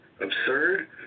absurd